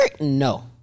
no